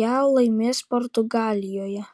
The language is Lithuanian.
ją laimės portugalijoje